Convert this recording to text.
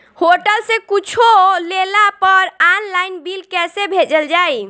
Hotel से कुच्छो लेला पर आनलाइन बिल कैसे भेजल जाइ?